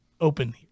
open